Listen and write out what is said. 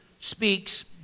speaks